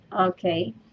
Okay